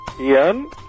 Ian